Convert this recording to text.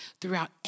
throughout